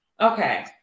Okay